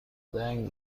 زنگ